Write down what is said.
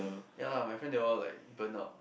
ya lah my friend they all like burnout